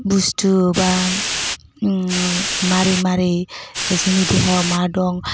बुस्थु बा मारै मारै जोंनि देहायाव मा दं